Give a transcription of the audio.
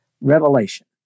revelation